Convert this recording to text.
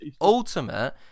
ultimate